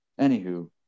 Anywho